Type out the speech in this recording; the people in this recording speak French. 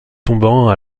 tombant